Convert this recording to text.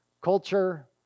Culture